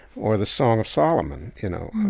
or the song of solomon, you know?